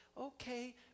okay